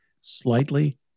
slightly